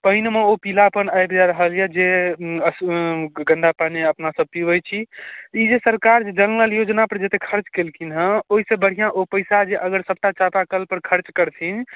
पानिमे ओ पीलापन आबि जाइत रहल यऽ जे अस गन्दा पानि अपना सभ पिबैत छी इएह सरकार जल नल योजना पर जतेक खर्च कयलखिन हँ ओहैसँ बढ़िआँ ओ पैसा जे अगर सभटा चापा कल पर खर्च करथिन